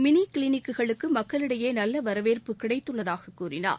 mini கிளினிக்குகளுக்கு மக்களிடையே நல்ல வரவேற்பு கிடைத்துள்ளதாக கூறினார்